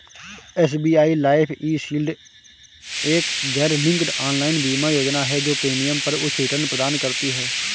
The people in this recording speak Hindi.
एस.बी.आई लाइफ ई.शील्ड एक गैरलिंक्ड ऑनलाइन बीमा योजना है जो प्रीमियम पर उच्च रिटर्न प्रदान करती है